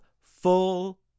full